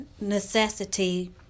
necessity